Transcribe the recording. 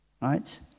right